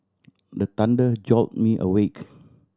the thunder jolt me awake